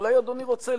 אולי אדוני רוצה